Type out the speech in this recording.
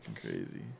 crazy